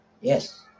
yes